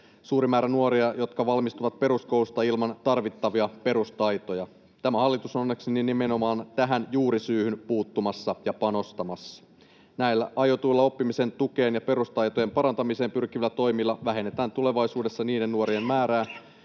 suuri määrä nuoria, jotka valmistuvat peruskoulusta ilman tarvittavia perustaitoja. Tämä hallitus on onneksi nimenomaan tähän juurisyyhyn puuttumassa ja panostamassa. Näillä aiotuilla oppimisen tukeen ja perustaitojen parantamiseen pyrkivillä toimilla vähennetään tulevaisuudessa niiden nuorien määrää,